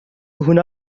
هنا